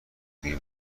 دیگه